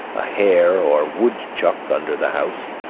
a hare or woodchuck under the house,